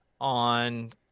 on